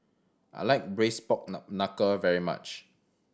I like braised pork knuckle very much